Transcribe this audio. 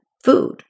food